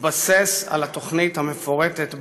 התבסס על התוכנית המפורטת בו,